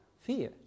fear